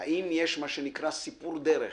אם יש מה שנקרא סיפור דרך